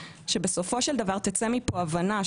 שבסופו של דבר תצא מפה הבנה,